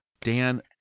dan